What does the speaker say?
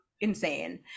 insane